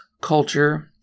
culture